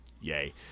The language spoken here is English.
Yay